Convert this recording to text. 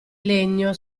legno